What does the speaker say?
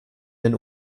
den